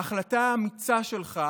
ההחלטה האמיצה שלך,